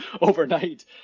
overnight